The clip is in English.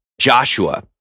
Joshua